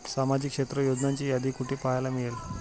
सामाजिक क्षेत्र योजनांची यादी कुठे पाहायला मिळेल?